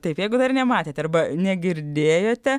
taip jeigu dar nematėte arba negirdėjote